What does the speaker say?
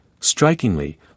Strikingly